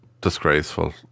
Disgraceful